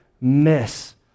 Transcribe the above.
miss